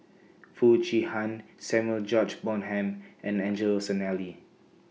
Foo Chee Han Samuel George Bonham and Angelo Sanelli